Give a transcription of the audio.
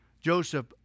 Joseph